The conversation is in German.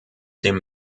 dem